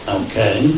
okay